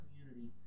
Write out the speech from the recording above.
community